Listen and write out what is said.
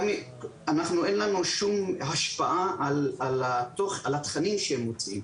אנחנו אין לנו שום השפעה על התכנים שהם מוצאים.